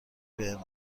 بهم